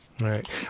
Right